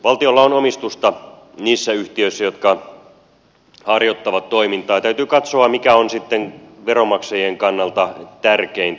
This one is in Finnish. valtiolla on omistusta niissä yhtiöissä jotka harjoittavat toimintaa ja täytyy katsoa mikä on sitten veronmaksajien kannalta tärkeintä